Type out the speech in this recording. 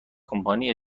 کمپانی